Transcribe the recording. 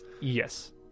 Yes